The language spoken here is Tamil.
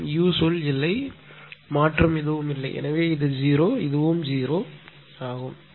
மற்றும் u சொல் இல்லை மாற்றம் இல்லை எனவே இது 0 இது 0 ஆகும்